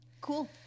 Cool